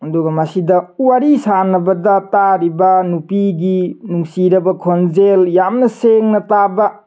ꯑꯗꯨꯒ ꯃꯁꯤꯗ ꯋꯥꯔꯤ ꯁꯥꯟꯅꯕꯗ ꯇꯥꯔꯤꯕ ꯅꯨꯄꯤꯒꯤ ꯅꯨꯡꯁꯤꯔꯕ ꯈꯣꯟꯖꯦꯜ ꯌꯥꯝꯅ ꯁꯦꯡꯅ ꯇꯥꯕ